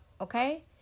Okay